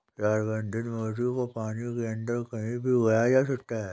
संवर्धित मोती को पानी के अंदर कहीं भी उगाया जा सकता है